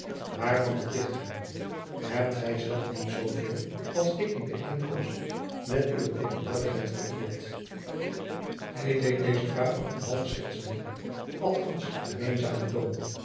waarvan beticht ge mij hebt gij zelf niet zoowel als ik die bijeenkomst met uwe tegenwoordigheid vereerd hij deed deze vraag op eenen half schertsenden althands gemeenzamen toon